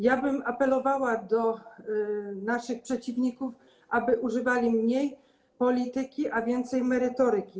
Ja bym apelowała do naszych przeciwników, aby używali mniej polityki, a więcej merytoryki.